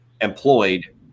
employed